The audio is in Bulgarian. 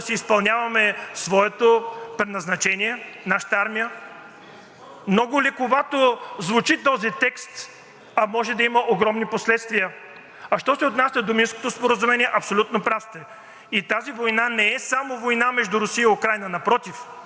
а може да има огромни последствия. А що се отнася до Минското споразумение, сте абсолютно прав. Тази война не е само война между Русия и Украйна, напротив, аз считам, че на територията на Украйна се провежда една друга война между Великите сили в момента.